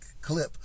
clip